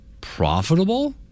profitable